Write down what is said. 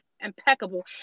impeccable